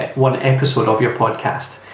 one episode of your podcast.